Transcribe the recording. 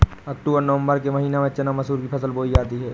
अक्टूबर नवम्बर के महीना में चना मसूर की फसल बोई जाती है?